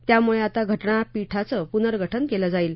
त्यामुळे आता घटनापीठाचं पुनर्गठन केलं जाईल